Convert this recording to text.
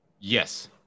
Yes